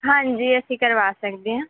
ਹਾਂਜੀ ਅਸੀਂ ਕਰਵਾ ਸਕਦੇ ਹਾਂ